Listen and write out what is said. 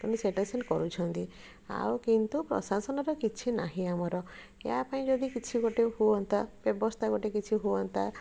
ତେଣୁ ସେଇଟା ସେମିତି କରୁଛନ୍ତି ଆଉ କିନ୍ତୁ ପ୍ରଶାସନର କିଛି ନାହିଁ ଆମର ୟା ପାଇଁ ଯଦି କିଛି ଗୋଟେ ହୁଅନ୍ତା ବ୍ୟବସ୍ଥା ଗୋଟେ କିଛି ହୁଅନ୍ତା